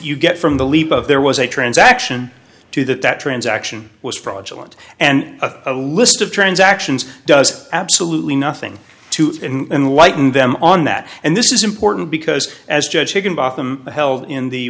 you get from the leap of there was a transaction to that that transaction was fraudulent and a list of transactions does absolutely nothing to enlighten them on that and this is important because as judge higginbotham health in the